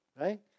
right